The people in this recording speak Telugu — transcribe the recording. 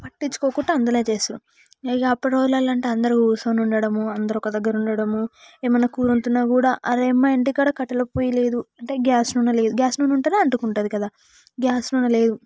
పట్టించుకోకుండా అందులో చేస్తారు ఇక అప్పటి రోజులలో అంటే అందరు కూర్చోని ఉండడము అందరు ఒక దగ్గర ఉండడము ఏమైనా కూర వండుతున్నా కూడా అరే మా ఇంటికాడ కట్టెల పొయ్యి లేదు అంటే గ్యాస్ నూనె లేదు గ్యాస్ నూనె ఉంటే అంటుకుంటుంది కదా గ్యాస్ నూనె లేదు